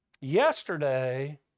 yesterday